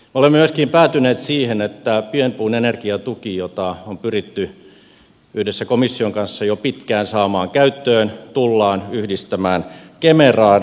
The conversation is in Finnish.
olemme myöskin päätyneet siihen että pienpuun energiatuki jota on pyritty yhdessä komission kanssa jo pitkään saamaan käyttöön tullaan yhdistämään kemeraan